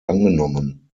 angenommen